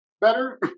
better